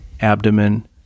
abdomen